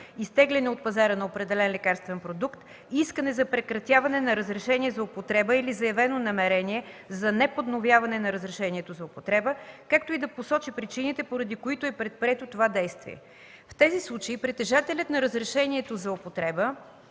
изтегляне от пазара на определен лекарствен продукт, искане за прекратяване на разрешение за употреба или заявено намерение за неподновяване на разрешението за употреба, както и да посочи причините, поради които е предприето това действие; в тези случаи притежателят на разрешението за употреба